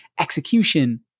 execution